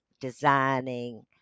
designing